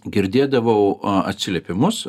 girdėdavau atsiliepimus